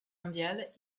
mondiale